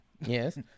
Yes